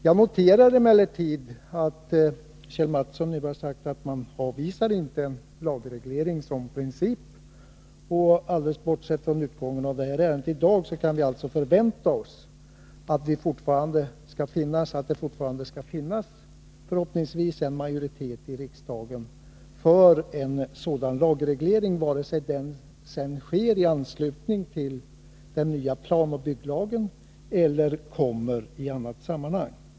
Jag noterar emellertid att Kjell Mattsson nu har sagt att man inte avvisar en lagreglering som princip. Alldeles oavsett utgången av dagens ärende kan vi alltså förhoppningsvis förvänta oss att det skall finnas en majoritet i riksdagen för en sådan lagreglering, vare sig den sedan genomförs i anslutning till den nya planoch bygglagen eller kommer i annat sammanhang.